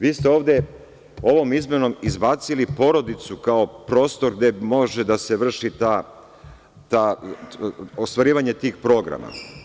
Vi ste ovde ovom izmenom izbacili porodicu kao prostor gde može da se vrši ostvarivanje tih programa.